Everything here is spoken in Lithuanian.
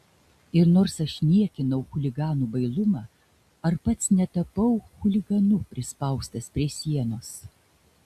ir nors aš niekinau chuliganų bailumą ar pats netapau chuliganu prispaustas prie sienos